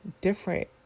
different